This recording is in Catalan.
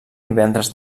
divendres